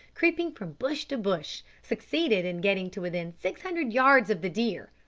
creeping from bush to bush, succeeded in getting to within six hundred yards of the deer,